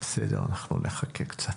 בסדר, אנחנו נחכה קצת.